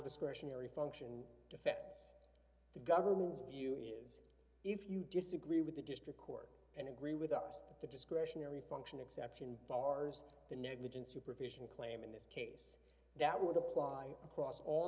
discretionary function to feds the government's view is if you disagree with the district work and agree with us that the discretionary function exception bars the negligent supervision claim in this case that would apply across all